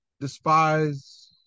Despise